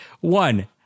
one